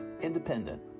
independent